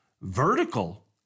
Vertical